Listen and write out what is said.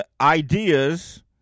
ideas